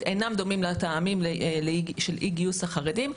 אינם דומים לטעמים של אי גיוס החרדים,